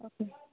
okay